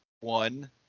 one